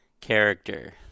character